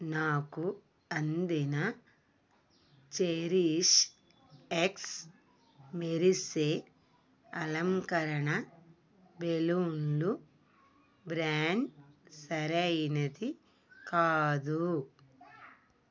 నాకు అందిన చెరీష్ఎక్స్ మెరిసే అలంకరణ బెలూన్లు బ్రాండ్ సరైనది కాదు